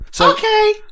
Okay